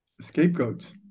scapegoats